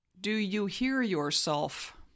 do-you-hear-yourself